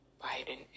Biden